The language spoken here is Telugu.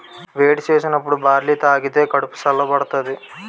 వేడి సేసినప్పుడు బార్లీ తాగిదే కడుపు సల్ల బడతాది